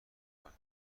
آورد